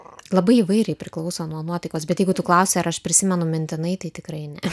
labai įvairiai priklauso nuo nuotaikos bet jeigu tu klausi ar aš prisimenu mintinai tai tikrai ne